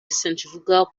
centrifugal